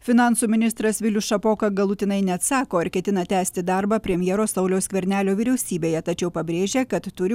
finansų ministras vilius šapoka galutinai neatsako ar ketina tęsti darbą premjero sauliaus skvernelio vyriausybėje tačiau pabrėžia kad turi